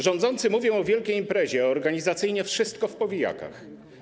Rządzący mówią o wielkiej imprezie, a organizacyjnie wszystko jest w powijakach.